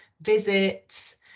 visits